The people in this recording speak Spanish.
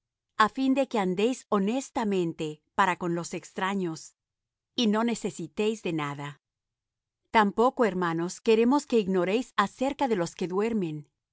a fin de que andéis honestamente para con los extraños y no necesitéis de nada tampoco hermanos queremos que ignoréis acerca de los que duermen